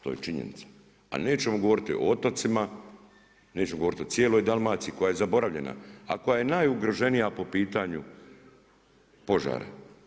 To je činjenica, a nećemo govoriti o otocima, nećemo govoriti o cijeloj Dalmaciji koja je zaboravljena, a koja je najugroženija po pitanju požara.